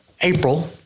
April